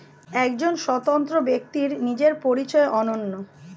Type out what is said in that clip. একজন স্বতন্ত্র ব্যক্তির নিজের পরিচয় অনন্য